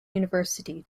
university